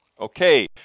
Okay